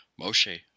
Moshe